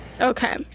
Okay